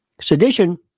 Sedition